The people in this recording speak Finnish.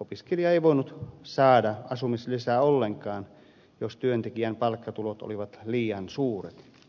opiskelija ei voinut saada asumislisää ollenkaan jos työntekijän palkkatulot olivat liian suuret